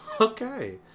Okay